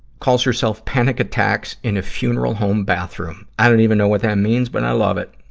calls herself panic attacks in a funeral home bathroom. i don't even know what that means, but i love it.